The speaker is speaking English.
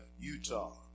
Utah